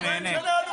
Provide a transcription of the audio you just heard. הוא נהנה.